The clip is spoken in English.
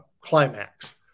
climax